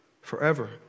forever